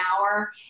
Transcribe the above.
hour